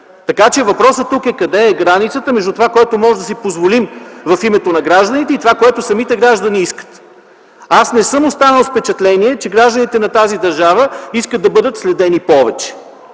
Така че въпросът тук е къде е границата между това, което можем да си позволим в името на гражданите, и това, което самите граждани искат. Не съм останал с впечатление, че гражданите на тази държава искат да бъдат следени повече.